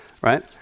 Right